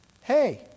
hey